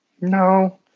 No